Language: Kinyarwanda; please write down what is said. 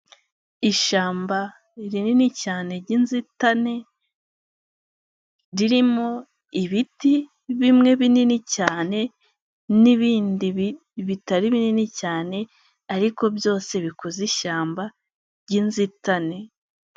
Ishyamba rinini cyane ry'inzitane ririmo ibiti bimwe binini cyane n'ibindi bitari binini cyane ariko byose bikuza ishyamba ry'inzitane.